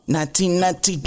1990